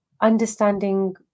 understanding